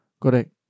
Correct